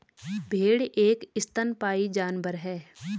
भेड़ एक स्तनपायी जानवर है